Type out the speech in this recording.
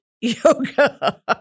yoga